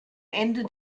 ende